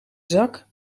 zak